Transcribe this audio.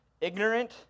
Ignorant